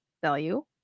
value